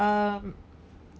um